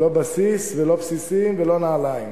לא בסיס ולא בסיסים ולא נעליים.